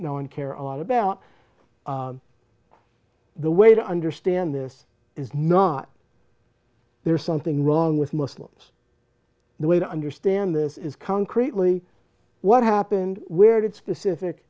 know and care a lot about the way to understand this is not there is something wrong with muslims the way to understand this is concretely what happened where did specific